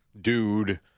dude